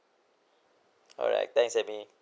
alright thanks amy